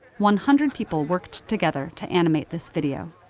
one hundred people worked together to animate this video.